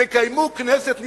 תקיימו כנסת נפרדת.